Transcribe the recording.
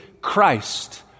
Christ